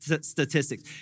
statistics